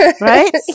Right